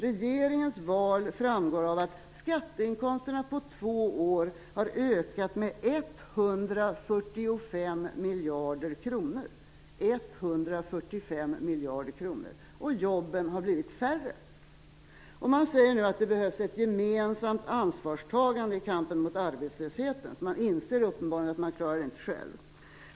Regeringens val framgår av att skatteinkomsterna på två år har ökat med 145 miljarder kronor och av att jobben har blivit färre. Man säger nu att det behövs ett gemensamt ansvarstagande i kampen mot arbetslösheten, för man inser uppenbarligen att man inte klarar det själv.